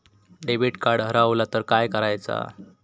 Debit card हरवल तर काय करायच?